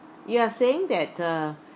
you are saying that uh